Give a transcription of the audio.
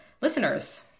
listeners